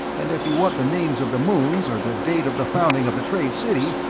and if you want the names of the moons, or the date of the founding of the trade city,